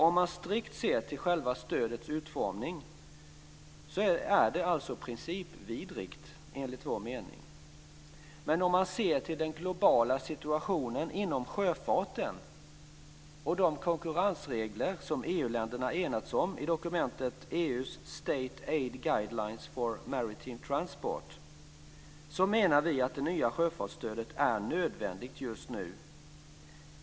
Om man strikt ser till själva stödets utformning är det alltså principvidrigt, enligt vår mening. Men om man ser till den globala situationen inom sjöfarten och de konkurrensregler som EU-länderna enats om i dokumentet EU:s State Aid Guidelines for Maritime Transport menar vi att det nya sjöfartsstödet är nödvändigt just nu.